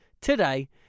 today